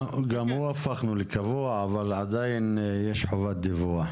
גם הוא הפך לקבוע, אבל עדיין יש חובת דיווח.